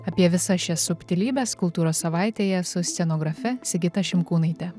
apie visas šias subtilybes kultūros savaitėje su scenografe sigita šimkūnaite